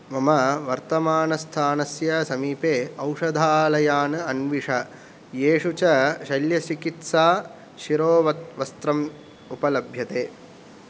मम वर्तमानस्थानस्य समीपे औषधालयान् अन्विष येषु च शल्यचिकित्साशिरोव वस्त्रम् उपलभ्यते